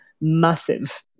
massive